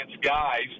guys